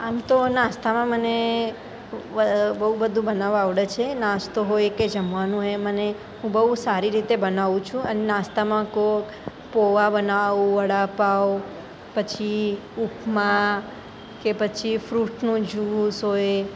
આમ તો નાસ્તામાં મને બહુ બધું બનાવવા આવડે છે નાસ્તો હોય કે જમવાનું હોય મને બહુ સારી રીતે બનાવું છું અને નાસ્તામાં કોક પૌંઆ બનાવું વડાપાઉં પછી ઉપમા કે પછી ફ્રુટનો જૂસ હોય